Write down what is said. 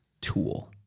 tool